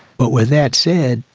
but with that said,